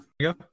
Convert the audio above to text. go